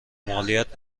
مالیات